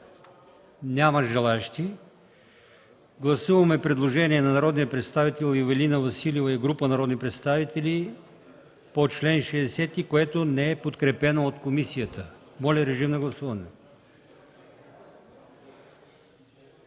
Няма желаещи. Гласуваме предложението на народния представител Ивелина Василева и група народни представители по чл. 59, което не е подкрепено от комисията. Гласували